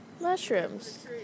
Mushrooms